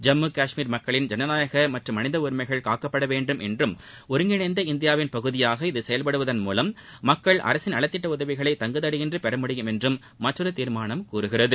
ஜம்மு கஷ்மீர் மக்களின் ஜனநாயக மற்றும் மனித உரிமைகள் காக்கப்படவேண்டும் என்றும் ஒருங்கிணைந்த இந்தியாவின் பகுதியாக இது செயல்படுவதன் மூலம் மக்கள் அரசின் நலத்திட்ட உதவிகளை தங்குதடையின்றி பெறமுடியும் என்றும் மற்றொரு தீர்மானம் கூறுகிறது